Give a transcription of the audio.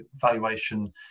valuation